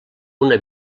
una